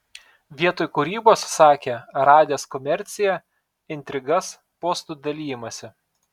vietoj kūrybos sakė radęs komerciją intrigas postų dalijimąsi